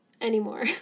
anymore